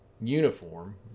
uniform